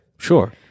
Sure